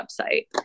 website